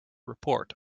report